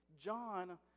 John